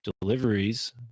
deliveries